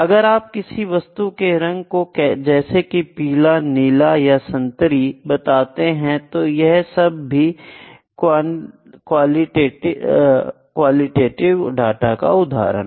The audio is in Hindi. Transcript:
अगर आप किसी वस्तु के रंग को जैसे कि पीला नीला अथवा संतरी बताते हैं तो यह सब भी क्वालिटेटिव डाटा के उदाहरण हैं